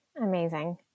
Amazing